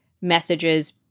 messages